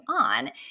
on